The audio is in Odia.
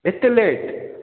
ଏତେ ଲେଟ୍